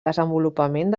desenvolupament